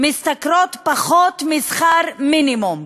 ומשתכרות פחות משכר המינימום.